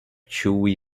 chewy